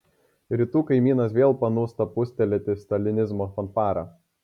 rytų kaimynas vėl panūsta pūstelėti stalinizmo fanfarą